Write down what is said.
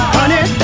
Honey